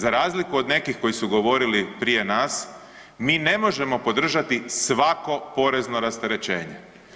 Za razliku od nekih koji su govorili prije nas, mi ne možemo podržati svako porezno rasterećenje.